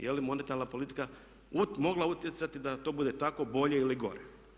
Je li monetarna politika mogla utjecati da to bude tako bolje ili gore?